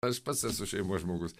aš pats esu šeimos žmogus